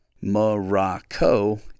Morocco